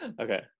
Okay